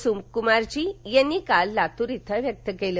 सुक्मारजी यांनी काल लातूर इथं व्यक्त केलं